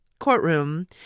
courtroom